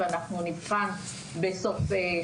ונבחן את